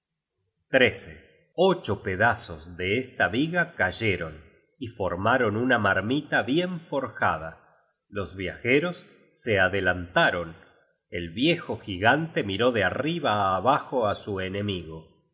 ocho pedazos de esta viga cayeron y formaron una marmita bien forjada los viajeros se adelantaron el viejo gigante miró de arriba abajo á su enemigo y